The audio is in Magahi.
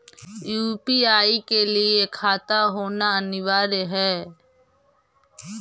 यु.पी.आई के लिए खाता होना अनिवार्य है?